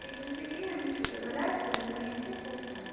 সেখান থেকেই আমি ছোটোবেলায় বই নিয়ে এসে পড়তাম